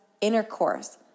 intercourse